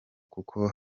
kuko